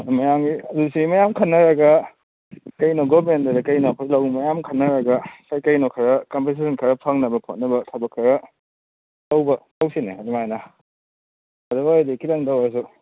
ꯃꯌꯥꯝꯒꯤ ꯍꯧꯖꯤꯛꯁꯦ ꯃꯌꯥꯝ ꯈꯟꯅꯔꯒ ꯀꯩꯅꯣ ꯒꯣꯃꯦꯟꯗꯔ ꯀꯩꯅꯣ ꯑꯩꯈꯣꯏ ꯂꯧꯎꯕ ꯃꯌꯥꯝ ꯈꯟꯅꯔꯒ ꯀꯩꯀꯩꯅꯣ ꯈꯔ ꯀꯝꯄꯦꯟꯁꯦꯁꯟ ꯈꯔ ꯐꯪꯅꯕ ꯈꯣꯠꯅꯕ ꯊꯕꯛ ꯈꯔ ꯇꯧꯕ ꯇꯧꯁꯤꯅꯦ ꯑꯗꯨꯃꯥꯏꯅ ꯑꯗꯨ ꯑꯣꯏꯔꯗꯤ ꯈꯤꯇꯪꯗ ꯑꯣꯏꯔꯁꯨ